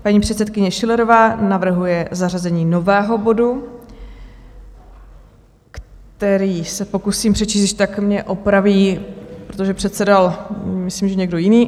Paní předsedkyně Schillerová navrhuje zařazení nového bodu, který se pokusím přečíst, kdyžtak mě opraví, protože předsedal myslím někdo jiný.